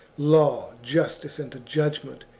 law, justice, and judgment,